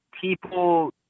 People